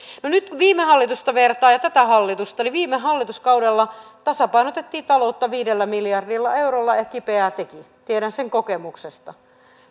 nyt kun vertaa viime hallitusta ja tätä hallitusta niin viime hallituskaudella tasapainotettiin taloutta viidellä miljardilla eurolla ja kipeää teki tiedän sen kokemuksesta